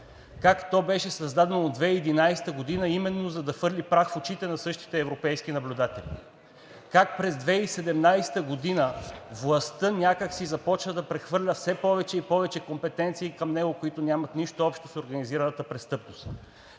Как то беше създадено 2011 г. именно за да хвърли прах в очите на същите европейски наблюдатели. Как през 2017 г. властта някак си започва да прехвърля все повече и повече компетенции към него, които нямат нищо общо с организираната престъпност.